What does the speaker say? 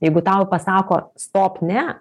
jeigu tau pasako stop ne